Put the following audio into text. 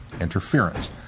interference